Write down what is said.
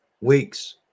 weeks